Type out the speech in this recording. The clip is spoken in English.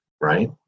right